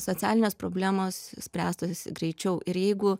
socialinės problemos spręstųsi greičiau ir jeigu